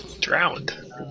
Drowned